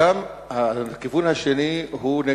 הכיוון השני הוא,